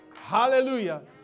Hallelujah